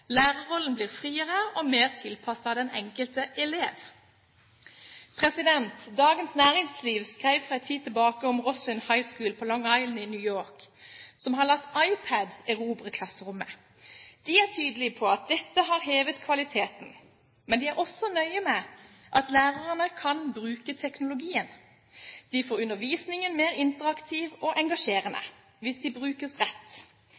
Lærerrollen blir friere og mer tilpasset den enkelte elev. Dagens Næringsliv skrev for en tid tilbake om Roslyn High School på Long Island i New York, som har latt iPad erobre klasserommet. De er tydelige på at dette har hevet kvaliteten, men de er også nøye med at lærerne kan bruke teknologien. De får undervisningen mer interaktiv og engasjerende, hvis den brukes rett.